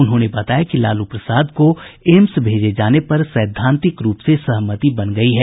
उन्होंने बताया कि लालू प्रसाद को एम्स भेजे जाने पर सैद्धांतिक रूप से सहमति बन गयी है